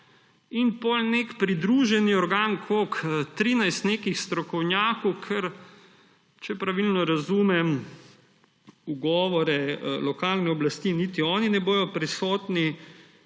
in potem nek pridruženi organ – koliko? – 13 nekih strokovnjakov, kjer če pravilno razumem ugovore lokalne oblasti, niti oni ne bodo prisotni.